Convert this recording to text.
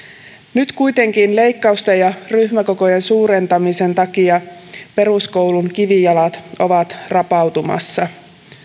nyt kuitenkin leikkausten ja ryhmäkokojen suurentamisen takia peruskoulun kivijalat ovat rapautumassa